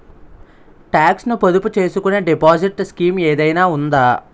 Talks ను పొదుపు చేసుకునే డిపాజిట్ స్కీం ఏదైనా ఉందా?